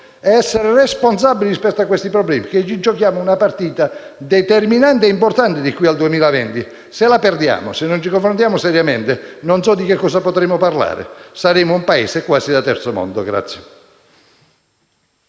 virtuosi e responsabili rispetto a questi problemi? Ci giochiamo una partita determinante e importante da qui al 2020. Se la perdiamo, se non ci confrontiamo seriamente, non so di cosa potremo parlare: saremo un Paese quasi da Terzo mondo.